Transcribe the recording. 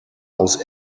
aus